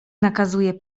nakazuje